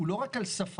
הוא לא רק על שפה.